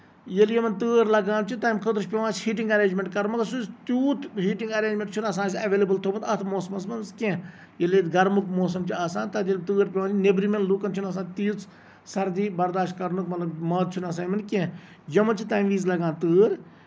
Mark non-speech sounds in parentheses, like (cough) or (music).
ییٚلہِ یِمن تۭر لگان چھِ تَمہِ خٲطٔر چھُ پیوان اَسہِ ہیٹِنگ ایریجمینٹ کَرُن مَگر سُہ چھُ تیوٗت ہیٹِنگ ایرینجمینٹ چھُنہٕ آسان اَسہِ ایویلیبٔل تھوومُت اَتھ موسمَس منٛز کیٚنہہ ییٚلہِ ییٚتہِ گرمُک موسَم چھُ آسان تَتہِ ییٚلہِ تۭر پیوان چھِ نیبرِمین لوٗکن چھِنہٕ آسان تیٖژ سَردی بَرداشت کَرنُک مطلب (unintelligible) چھُنہٕ آسان یِمن کیٚنٛہہ یِمن چھِ تمہِ وِزِ لگان تۭر